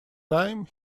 time